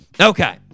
Okay